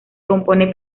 compone